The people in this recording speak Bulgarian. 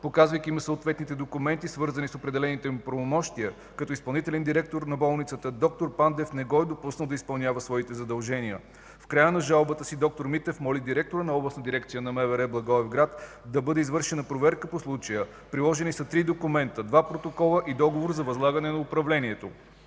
показвайки му съответните документи, свързани с определените му правомощия като изпълнителен директор на болницата, д-р Пандев не го е допуснал да изпълнява своите задължения. В края на жалбата си д-р Митев моли директора на Областна дирекция на МВР – Благоевград, да бъде извършена проверка по случая. Приложени са три документа – два протокола и договор за възлагане на управлението.